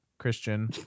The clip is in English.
christian